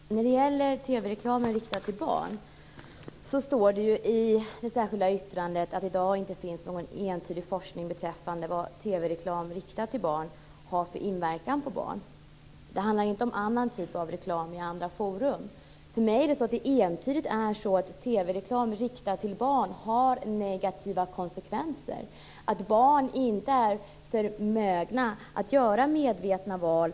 Herr talman! Jag vill börja med frågan om TV reklam riktad till barn. Det står ju i det särskilda yttrandet att det inte i dag finns någon entydig forskning beträffande vad TV-reklam riktad till barn har för inverkan på barn. Det handlar inte om annan typ av reklam i andra forum. För mig är det entydigt så att TV-reklam riktad till barn har negativa konsekvenser. Barn är inte förmögna att göra medvetna val.